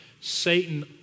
Satan